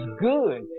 good